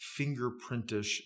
fingerprintish